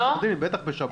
בטח בשבת.